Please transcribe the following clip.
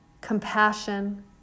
compassion